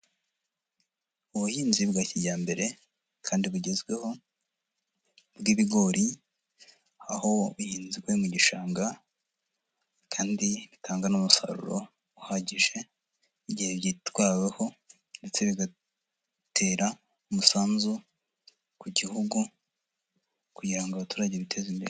Ubuhinzi bwa kijyambere kandi bugezweho bw'ibigori, aho bihinzwe mu gishanga, kandi bitanga n'umusaruro uhagije, igihe byitaweho ndetse bigatera umusanzu ku gihugu kugira ngo abaturage biteze imbere.